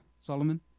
Solomon